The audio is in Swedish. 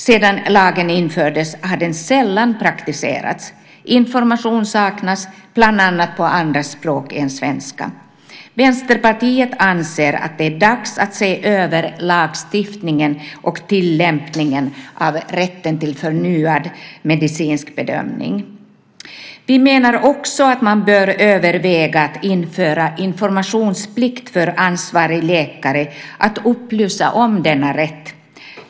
Sedan lagen infördes har den sällan praktiserats. Information saknas, bland annat på andra språk än svenska. Vänsterpartiet anser att det är dags att se över lagstiftningen och tillämpningen av rätten till förnyad medicinsk bedömning. Vi menar också att man bör överväga att införa informationsplikt för ansvarig läkare att upplysa om denna rätt.